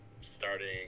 starting